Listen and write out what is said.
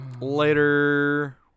Later